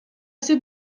ser